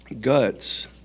guts